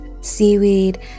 seaweed